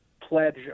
pledge